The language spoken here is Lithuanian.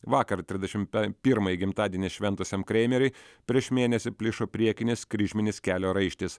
vakar trisdešim pe pirmąjį gimtadienį šventusiam kreimeriui prieš mėnesį plyšo priekinis kryžminis kelio raištis